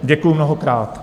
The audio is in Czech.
Děkuju mnohokrát.